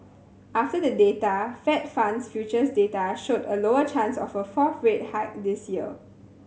after the data Fed funds futures data showed a lower chance of a fourth rate hike this year